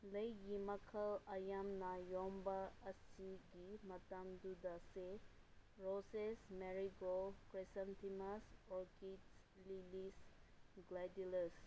ꯂꯩꯒꯤ ꯃꯈꯜ ꯌꯥꯝꯅ ꯌꯣꯟꯕ ꯑꯁꯤꯒꯤ ꯃꯇꯝꯗꯨꯗꯁꯦ roses marigold chrysanthemums orchids lilies gladiolus